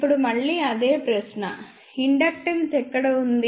ఇప్పుడు మళ్ళీ అదే ప్రశ్న ఇండక్టెన్స్ ఎక్కడ ఉంది